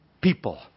people